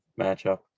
Matchup